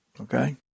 okay